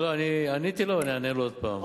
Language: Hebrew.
עניתי לו ואענה לו שוב.